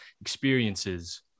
experiences